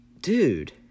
dude